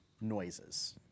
noises